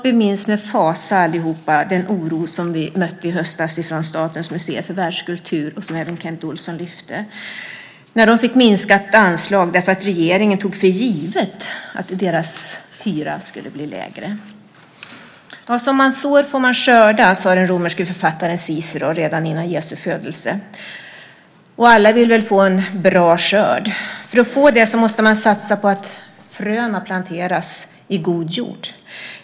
Vi minns allihop med fasa den oro vi mötte i höstas när Statens museer för världskultur, vilket även Kent Olsson lyfte fram, fick minskat anslag därför att regeringen tog för givet att deras hyra skulle bli lägre. Som man sår får man skörda, sade den romerske författaren Cicero redan före Jesu födelse. Alla vill väl få en bra skörd, och för att få det måste man satsa på att plantera fröna i god jord.